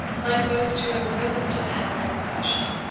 like most who have arisen to the head of their profession,